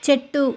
చెట్టు